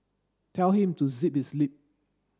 tell him to zip his lip